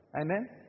Amen